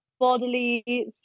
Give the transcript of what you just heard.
bodily